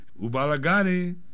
Ubalagani